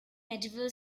medieval